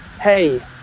hey